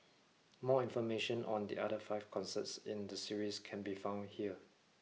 more information on the other five concerts in the series can be found here